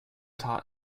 taught